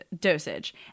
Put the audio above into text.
dosage